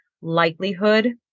likelihood